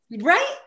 Right